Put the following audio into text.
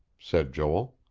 said joel.